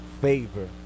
favor